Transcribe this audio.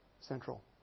central